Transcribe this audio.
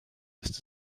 ist